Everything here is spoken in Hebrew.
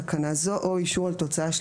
להתמודדות עם נגיף הקורונה החדש (הוראת שעה)